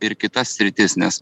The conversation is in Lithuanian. ir kita sritis nes